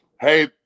Hey